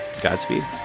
Godspeed